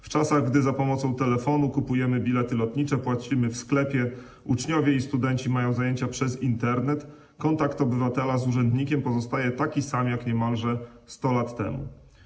W czasach, gdy za pomocą telefonu kupujemy bilety lotnicze, płacimy w sklepie, uczniowie i studenci mają zajęcia przez Internet, kontakt obywatela z urzędnikiem pozostaje taki sam jak niemalże 100 lat temu.